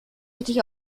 richtig